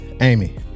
Amy